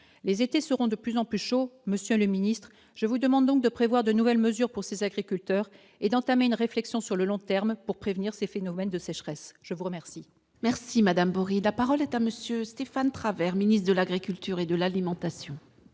les étés seront de plus en plus chaud, monsieur le Ministre, je vous demande donc de prévoir de nouvelles mesures pour ses agriculteurs et d'entamer une réflexion sur le long terme pour prévenir ces phénomènes de sécheresse, je vous remercie. Merci Madame la parole est à monsieur Stéphane Travert, ministre de l'Agriculture et de l'alimentation.